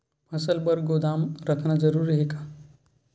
फसल बर गोदाम रखना जरूरी हे का?